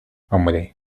hombre